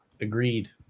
Agreed